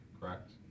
correct